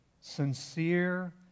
sincere